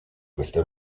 questa